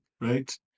right